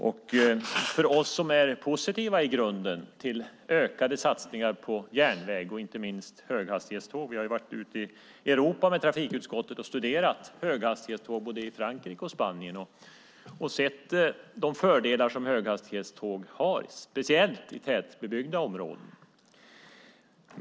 Vi har varit ute i Europa med trafikutskottet och studerat höghastighetståg både i Frankrike och i Spanien och sett de fördelar som höghastighetståg har, speciellt i tätbebyggda områden.